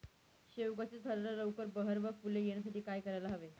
शेवग्याच्या झाडाला लवकर बहर व फूले येण्यासाठी काय करायला हवे?